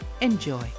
Enjoy